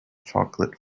chocolate